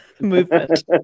movement